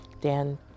Dan